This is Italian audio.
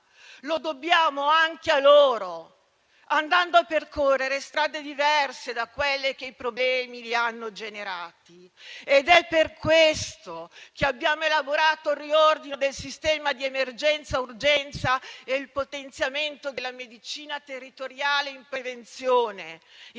lo dobbiamo anche a loro - andando a percorrere strade diverse da quelle che i problemi li hanno generati. Ed è per questo che abbiamo elaborato il riordino del sistema di emergenza-urgenza e il potenziamento della medicina territoriale di prevenzione